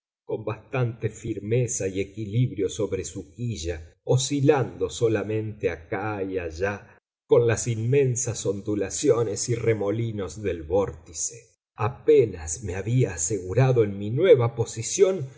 con bastante firmeza y equilibrio sobre su quilla oscilando solamente acá y allá con las inmensas ondulaciones y remolinos del vórtice apenas me había asegurado en mi nueva posición